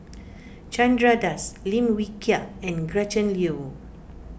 Chandra Das Lim Wee Kiak and Gretchen Liu